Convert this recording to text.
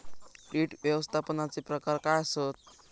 कीड व्यवस्थापनाचे प्रकार काय आसत?